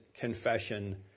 confession